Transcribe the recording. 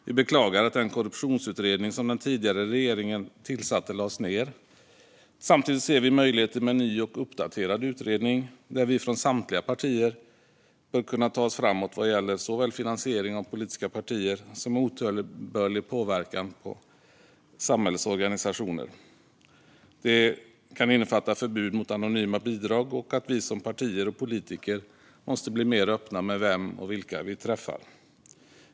Vi beklagar att den korruptionsutredning som den tidigare regeringen tillsatte lades ned. Samtidigt ser vi möjligheter med en ny och uppdaterad utredning, där vi från samtliga partier bör kunna ta oss framåt vad gäller såväl finansiering av politiska partier som otillbörlig påverkan på samhällets organisationer. Det kan innefatta förbud mot anonyma bidrag och att vi som partier och politiker måste bli mer öppna med vem och vilka vi träffar.